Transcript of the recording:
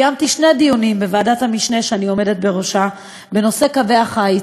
קיימתי שני דיונים בוועדת המשנה שאני עומדת בראשה בנושא קווי החיץ,